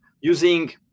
using